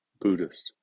buddhist